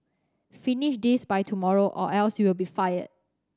finish this by tomorrow or else you'll be fired